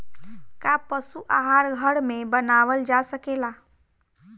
का पशु आहार घर में बनावल जा सकेला?